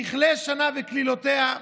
תכלה שנה וקללותיה.